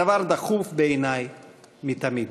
הדבר דחוף בעיני מתמיד.